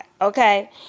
okay